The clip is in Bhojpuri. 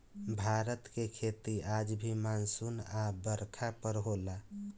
भारत के खेती आज भी मानसून आ बरखा पर होला